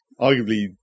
Arguably